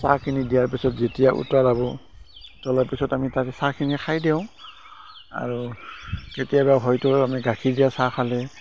চাহখিনি দিয়াৰ পিছত যেতিয়া উতলাব উতলাৰ পিছত আমি তাতে চাহখিনি খাই দিওঁ আৰু কেতিয়াবা হয়তো আমি গাখীৰ দিয়া চাহ খালে